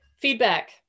feedback